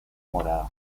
morada